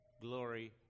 glory